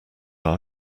our